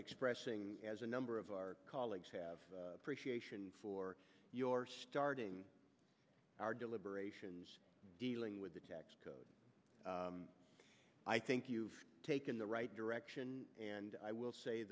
expressing as a number of our colleagues have appreciate for your starting our deliberations dealing with the tax code i think you've taken the right direction and i will say